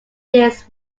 this